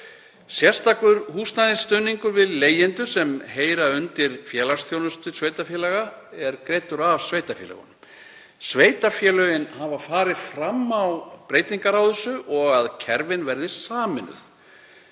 Sérstakur húsnæðisstuðningur við leigjendur sem heyra undir félagsþjónustu sveitarfélaga er greiddur af sveitarfélögunum. Þau hafa farið fram á breytingar á þessu og að kerfin verði sameinuð.